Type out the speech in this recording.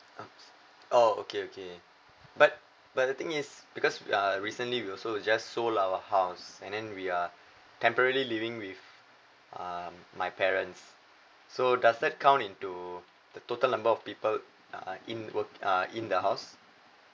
ops oh okay okay but but the thing is because uh recently we also just sold our house and then we are temporarily living with um my parents so does that count into the total number of people uh in work uh in the house